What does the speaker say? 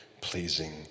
pleasing